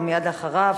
ומייד אחריו,